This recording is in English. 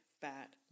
fat